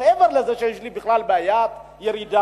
מעבר לזה שיש לי בכלל בעיה עם ירידה.